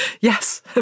yes